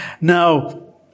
Now